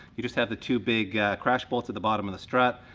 you just have the two big crash bolts at the bottom of the strut.